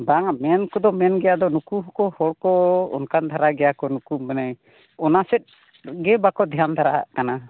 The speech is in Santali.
ᱵᱟᱝᱟ ᱢᱮᱱ ᱠᱚᱫᱚ ᱢᱮᱱ ᱜᱮ ᱟᱫᱚ ᱱᱩᱠᱩ ᱦᱚᱲ ᱠᱚ ᱚᱱᱠᱟᱱ ᱫᱷᱟᱨᱟ ᱜᱮ ᱱᱩᱠᱩ ᱢᱟᱱᱮ ᱚᱱᱟᱥᱮᱫ ᱜᱮ ᱵᱟᱠᱚ ᱫᱷᱮᱭᱟᱱ ᱫᱷᱟᱨᱟ ᱟᱜ ᱠᱟᱱᱟ